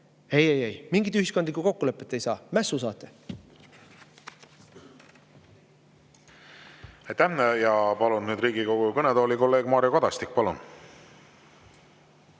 Ei, ei, ei! Mingit ühiskondlikku kokkulepet ei saa. Mässu saate. Aitäh! Ja palun nüüd Riigikogu kõnetooli, kolleeg Mario Kadastik. Palun!